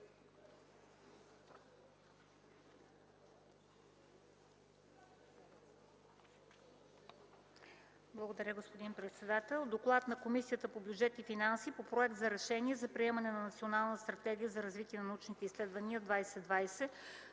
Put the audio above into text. Благодаря, господин председател. „ДОКЛАД на Комисията по бюджет и финанси по проект за решение за приемане на Национална стратегия за развитие на научните изследвания 2020,